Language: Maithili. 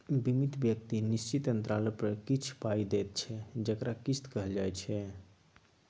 बीमित व्यक्ति निश्चित अंतराल पर किछ पाइ दैत छै जकरा किस्त कहल जाइ छै